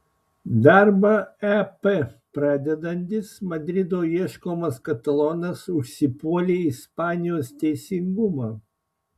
darbą ep pradedantis madrido ieškomas katalonas užsipuolė ispanijos teisingumą